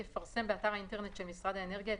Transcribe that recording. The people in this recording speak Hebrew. יפרסם באתר האינטרנט של משרד האנרגיה,